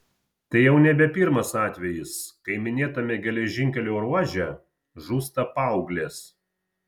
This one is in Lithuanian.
tai jau nebe pirmas atvejis kai minėtame geležinkelio ruože žūsta paauglės